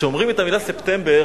כשאומרים את המלה "ספטמבר",